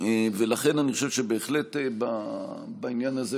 לכן אני חושב שבהחלט בעניין הזה,